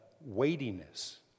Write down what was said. weightiness